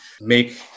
make